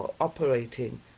operating